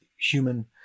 human